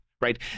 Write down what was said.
right